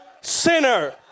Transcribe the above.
sinner